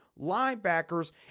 linebackers